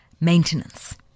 maintenance